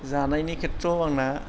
जानायनि खेथ्र'आव आंना